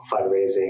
fundraising